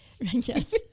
yes